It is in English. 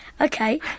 Okay